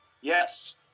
Yes